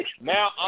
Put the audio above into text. Now